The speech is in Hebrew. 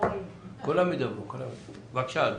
בבקשה אדוני.